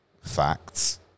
Facts